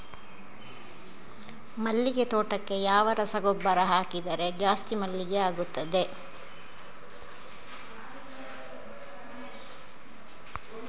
ಮಲ್ಲಿಗೆ ತೋಟಕ್ಕೆ ಯಾವ ರಸಗೊಬ್ಬರ ಹಾಕಿದರೆ ಜಾಸ್ತಿ ಮಲ್ಲಿಗೆ ಆಗುತ್ತದೆ?